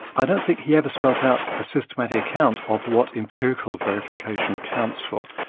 i don't think he ever spelt out a systematic account of what empirical verification counts for.